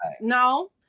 no